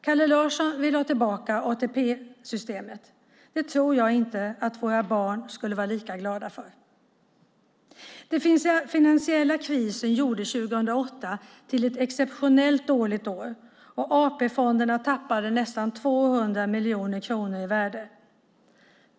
Kalle Larsson vill ha tillbaka ATP-systemet. Det tror jag inte att våra barn skulle vara lika glada för. Den finansiella krisen gjorde 2008 till ett exceptionellt dåligt år, och AP-fonderna tappade nästan 200 miljarder kronor i värde.